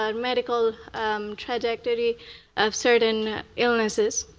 ah and medical tragediry of certain illnesses.